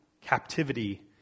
Captivity